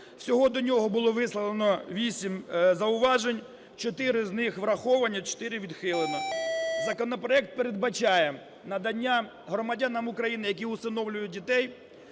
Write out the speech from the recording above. Всього до нього було висловлено вісім зауважень, чотири з них враховані, а чотири відхилено. Законопроект передбачає надання громадянам України, які усиновлюють дітей,